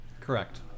Correct